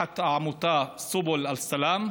תחת העמותה סובול אל-סלאם,